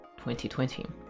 2020